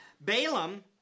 Balaam